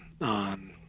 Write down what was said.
on